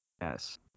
yes